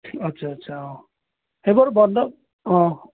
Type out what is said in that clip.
আচ্ছা আচ্ছা অঁ সেইবোৰ বন্ধ অঁ